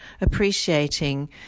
appreciating